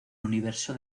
universo